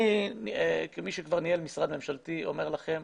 אני כמי שכבר ניהל משרד ממשלתי אומר לכם,